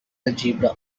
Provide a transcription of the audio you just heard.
algebra